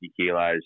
kilos